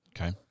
Okay